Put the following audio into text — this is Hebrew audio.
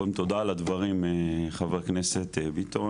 קודם תודה על הדברים ח"כ ביטון,